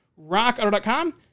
Rockauto.com